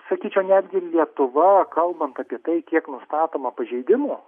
sakyčiau netgi lietuva kalbant apie tai kiek nustatoma pažeidimų